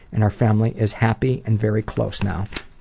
and our family is happy and very close now. oh,